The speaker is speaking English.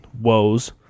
woes